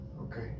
Okay